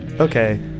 okay